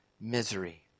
misery